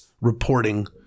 reporting